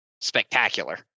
spectacular